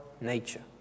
nature